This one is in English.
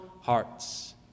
hearts